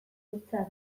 hutsa